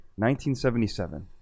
1977